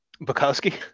Bukowski